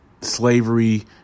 Slavery